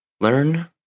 Learn